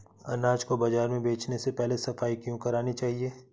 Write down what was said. अनाज को बाजार में बेचने से पहले सफाई क्यो करानी चाहिए?